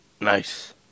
Nice